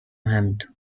همینطور